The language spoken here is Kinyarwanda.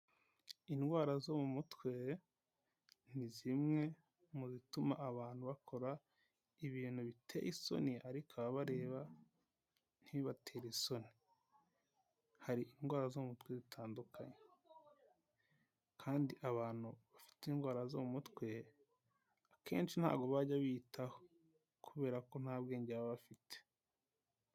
Indwara zo mu mutwe ni zimwe mu bituma abantu bakora ibintu biteye isoni ariko ababareba ntibibatere isoni, hari indwara zo mutwe zitandukanye, kandi abantu bafite indwara zo mu mutwe kenshi ntabwo bajya biyitaho kubera ko nta bwenge baba bafite.